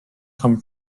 come